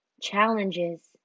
Challenges